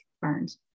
burns